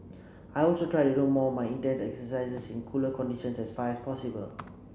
I also try to do more my intense exercises in cooler conditions as far as possible